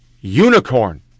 unicorn